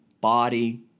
body